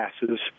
passes